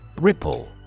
Ripple